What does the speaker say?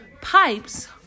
pipes